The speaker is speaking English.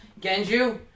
Genju